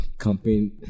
campaign